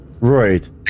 Right